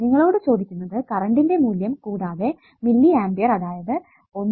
നിങ്ങളോട് ചോദിക്കുന്നത് കറണ്ടിന്റെ മൂല്യം കൂടതെ മില്ലി A അതായത് 1